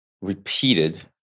repeated